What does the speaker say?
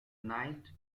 ninth